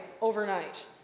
overnight